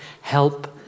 help